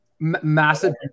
Massive